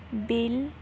bill